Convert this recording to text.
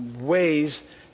ways